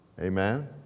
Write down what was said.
Amen